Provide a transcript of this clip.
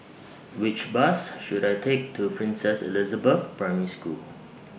Which Bus should I Take to Princess Elizabeth Primary School